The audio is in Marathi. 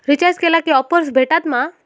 रिचार्ज केला की ऑफर्स भेटात मा?